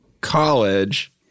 college